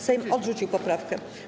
Sejm odrzucił poprawkę.